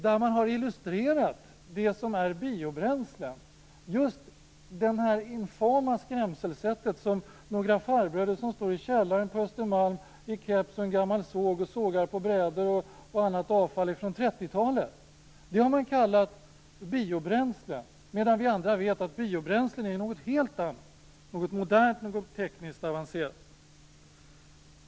Där har man illustrerat biobränslen genom det infama skrämselsättet att visa några farbröder som står i källaren på Östermalm med keps och en gammal såg och sågar på brädor och annat avfall från 30-talet. Det har man kallat biobränsle. Vi andra vet att biobränsle är något helt annat. Det är något modernt och tekniskt avancerat.